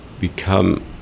become